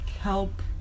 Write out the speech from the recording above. help